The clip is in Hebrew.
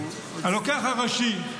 הלוקח הראשי,